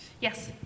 Yes